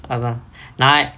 அதா நா:athaa naa